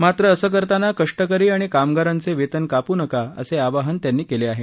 मात्र असं करताना कष्टकरी आणि कामगारांचे वेतन कापू नका असे आवाहन त्यांनी केले आहे